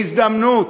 להזדמנות.